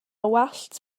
wallt